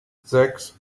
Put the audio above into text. sechs